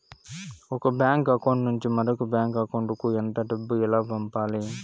ఒక bank account నుంచి మరొక బ్యాంకు అకౌంట్ కు ఎంత డబ్బు ఎలా పంపాలి